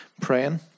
praying